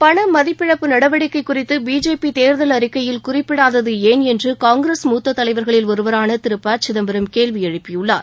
பணமதிப்பிழப்பு நடவடிக்கை குறிதது பிஜேபி தேர்தல் அறிக்கையில் குறிப்பிடாதது ஏன் என்று காங்கிரஸ் மூத்த தலைவர்களில் ஒருவரான திரு ப சிதம்பரம் கேள்வி எழுப்பியுள்ளார்